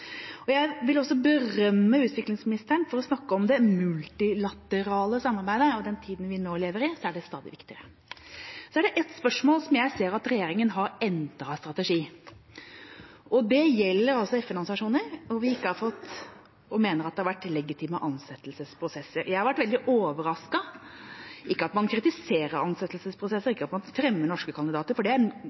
oppnå. Jeg vil også berømme utviklingsministeren for å snakke om det multilaterale samarbeidet. I den tida vi nå lever i, er det stadig viktigere. Så er det et område der jeg ser at regjeringa har endret strategi. Det gjelder FN-organisasjoner, hvor vi mener at det ikke har vært legitime ansettelsesprosesser. Jeg har vært veldig overrasket– ikke over at man kritiserer ansettelsesprosesser, og ikke over at man fremmer norske kandidater, for det er